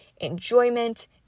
enjoyment